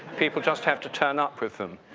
people just have to turn up with them.